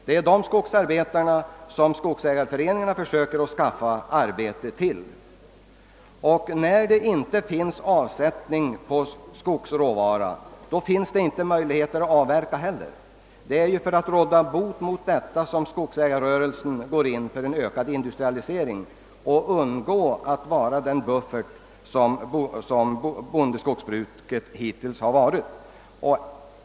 Det är dessa skogsarbetare som skogsägarföreningarna nu försöker skaffa arbete till. När det inte finns avsättning för skogsråvaran är det inte heller möjligt att avverka. Det är för att undvika konsekvenserna av detta förhållande som skogsägarrörelsen går in för en ökad industrialisering. Härigenom kommer inte bondeskogsbruket att på samma sätt som hittills fungera som en buffert.